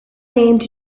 named